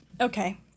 Okay